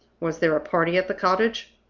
was there a party at the cottage?